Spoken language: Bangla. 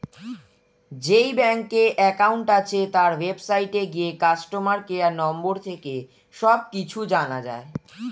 যেই ব্যাংকে অ্যাকাউন্ট আছে, তার ওয়েবসাইটে গিয়ে কাস্টমার কেয়ার নম্বর থেকে সব কিছু জানা যায়